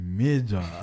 major